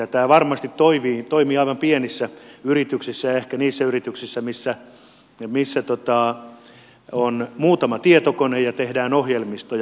tämä varmasti toimii aivan pienissä yrityksissä ja ehkä niissä yrityksissä missä on muutama tietokone ja tehdään ohjelmistoja